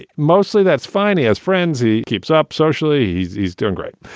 ah mostly that's fine. has frenzy keeps up socially. he's doing great.